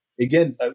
again